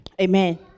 Amen